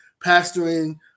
pastoring